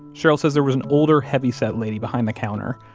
cheryl says there was an older, heavyset lady behind the counter.